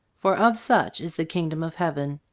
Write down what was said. for of such is the kingdom of heaven.